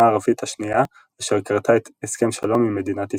הערבית השנייה אשר כרתה הסכם שלום עם מדינת ישראל.